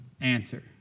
answer